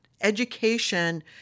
education